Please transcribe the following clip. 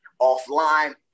offline